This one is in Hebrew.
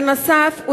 בנוסף,